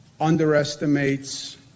underestimates